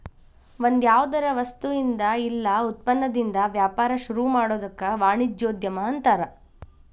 ಒಂದ್ಯಾವ್ದರ ವಸ್ತುಇಂದಾ ಇಲ್ಲಾ ಉತ್ಪನ್ನದಿಂದಾ ವ್ಯಾಪಾರ ಶುರುಮಾಡೊದಕ್ಕ ವಾಣಿಜ್ಯೊದ್ಯಮ ಅನ್ತಾರ